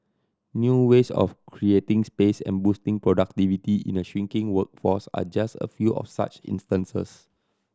new ways of creating space and boosting productivity in a shrinking workforce are just a few of such instances